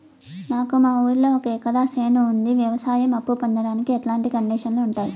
నాకు మా ఊరిలో ఒక ఎకరా చేను ఉంది, వ్యవసాయ అప్ఫు పొందడానికి ఎట్లాంటి కండిషన్లు ఉంటాయి?